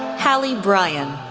halle bryan,